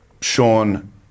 sean